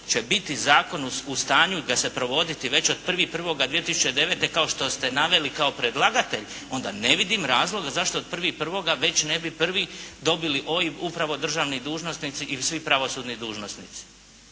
će biti zakon u stanju da se provodi već od 1. 1. 2009., kao što ste naveli kao predlagatelj, onda ne vidim razloga zašto od 1. 1. već ne bi prvi dobili OIB upravo državni dužnosnici ili svi pravosudni dužnosnici.